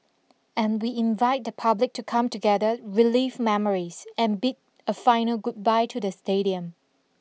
and we invite the public to come together relive memories and bid a final goodbye to the stadium